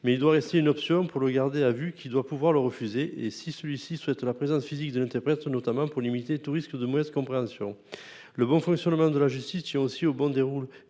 mais il doit rester une option pour le gardé à vue, qui doit pouvoir le refuser s'il souhaite la présence physique de l'interprète, notamment pour limiter tout risque de mauvaise compréhension. Le bon fonctionnement de la justice tient aussi au bon déroulé